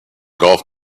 golf